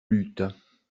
lûtes